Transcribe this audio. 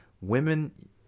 women